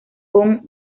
con